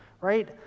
right